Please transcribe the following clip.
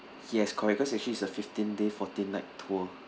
yes correct cause actually is a fifteen day fourteen night tour